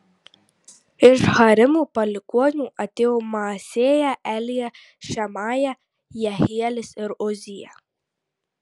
iš harimo palikuonių atėjo maasėja elija šemaja jehielis ir uzija